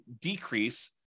decrease